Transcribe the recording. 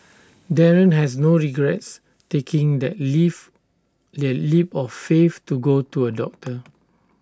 Darren has no regrets taking that leap that leap of faith to go to A doctor